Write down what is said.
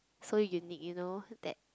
so unique you know that